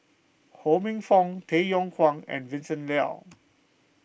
Ho Minfong Tay Yong Kwang and Vincent Leow